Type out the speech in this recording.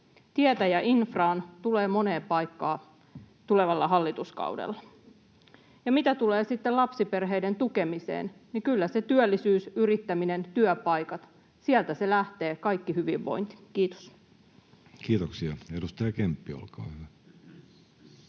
Tietä ja infraa tulee moneen paikkaan tulevalla hallituskaudella. Ja mitä tulee lapsiperheiden tukemiseen, niin kyllä se työllisyys, yrittäminen, työpaikat, sieltä lähtee kaikki hyvinvointi. — Kiitos. [Speech 282] Speaker: